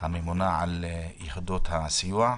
הממונה על יחידות הסיוע.